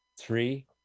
Three